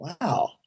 wow